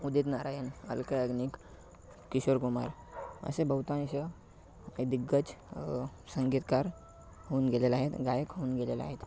उदित नारायण अलका याग्निक किशोर कुमार असे बहुतांश दिग्गज संगीतकार होऊन गेलेले आहेत गायक होऊन गेलेले आहेत